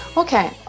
Okay